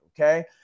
okay